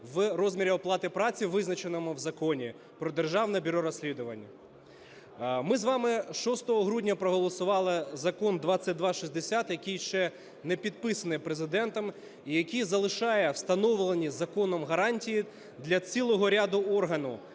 в розмірі оплати праці, визначеному в Законі "Про Державне бюро розслідувань". Ми з вами 6 грудня проголосували закон 2260, який ще не підписаний Президентом і який залишає встановлені законом гарантії для цілого ряду органів,